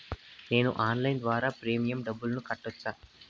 నేను ఆన్లైన్ ద్వారా ప్రీమియం డబ్బును కట్టొచ్చా?